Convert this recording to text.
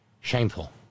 shameful